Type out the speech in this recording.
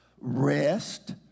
rest